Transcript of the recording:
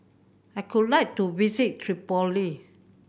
I could like to visit Tripoli